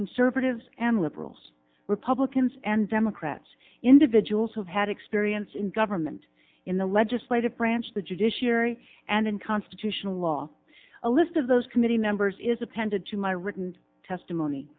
conservatives and liberals republicans and democrats individuals have had experience in government in the legislative branch the judiciary and in constitutional law a list of those committee members is appended to my written testimony